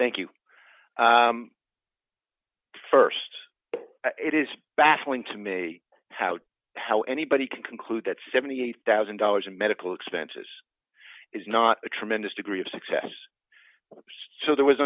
thank you first it is baffling to me how how anybody can conclude that seventy eight thousand dollars in medical expenses is not a tremendous degree of success so there was